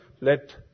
Let